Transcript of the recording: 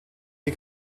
die